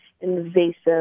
invasive